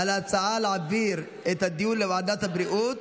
על ההצעה להעביר את הדיון לוועדת הבריאות.